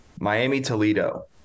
Miami-Toledo